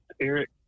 Eric